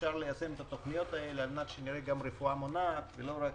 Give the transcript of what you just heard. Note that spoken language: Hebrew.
אפשר ליישם את התוכניות האלה על-מנת שנראה גם רפואה מונעת ולא רק